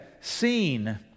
seen